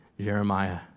Jeremiah